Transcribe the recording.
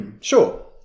Sure